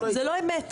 זאת לא אמת.